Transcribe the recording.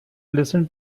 listen